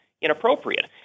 inappropriate